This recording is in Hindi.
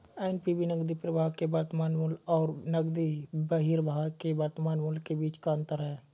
एन.पी.वी नकदी प्रवाह के वर्तमान मूल्य और नकदी बहिर्वाह के वर्तमान मूल्य के बीच का अंतर है